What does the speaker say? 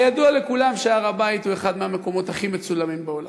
הרי ידוע לכולם שהר-הבית הוא אחד המקומות הכי מצולמים בעולם.